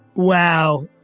wow,